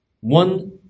One